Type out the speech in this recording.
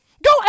Go